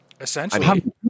Essentially